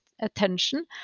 attention